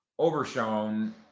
Overshown